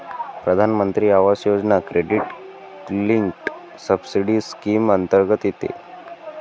प्रधानमंत्री आवास योजना क्रेडिट लिंक्ड सबसिडी स्कीम अंतर्गत येते